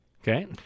Okay